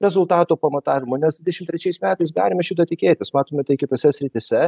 rezultato pamatavimo nes dvidešim trečiais metais galime šito tikėtis matome tai kitose srityse